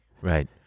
Right